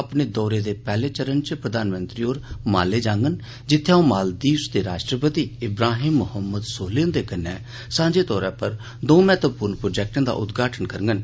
अपने दौरे दे पैहले चरण च प्रधानमंत्री होर माले जाङन जित्थें ओह् मालदीव्स दे राष्ट्रपति इब्राहिम मोहम्मद सोलिह हुंदे कन्नै सांझे तौरा उप्पर दौं महत्वपूर्ण प्रोजेक्टे दा उद्घाटन करङन